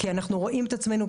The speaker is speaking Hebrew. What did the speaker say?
כי אנחנו רואים את עצמנו,